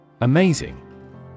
Amazing